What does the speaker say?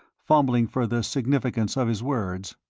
fumbling for the significance of his words.